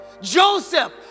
Joseph